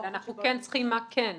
אנחנו כן צריכים מה כן.